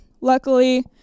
luckily